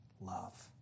love